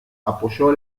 apoyó